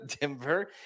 Denver